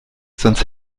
sonst